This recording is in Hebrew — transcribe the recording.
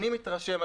אני מתרשם,